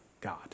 God